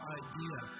idea